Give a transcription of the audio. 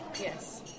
yes